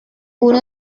uno